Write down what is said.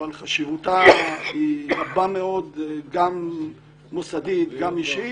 אבל חשיבותה רבה מאוד גם מוסדית וגם אישית